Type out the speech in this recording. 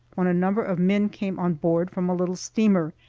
when a number of men came on board, from a little steamer,